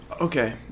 okay